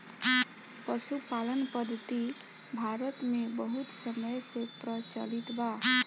पशुपालन पद्धति भारत मे बहुत समय से प्रचलित बा